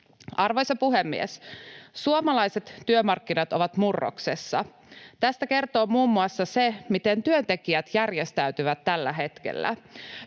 Arvoisa puhemies! Suomalaiset työmarkkinat ovat murroksessa. Tästä kertoo muun muassa se, miten työntekijät järjestäytyvät tällä hetkellä.